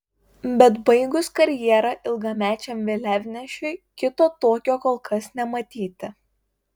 bet baigus karjerą ilgamečiam vėliavnešiui kito tokio kol kas nematyti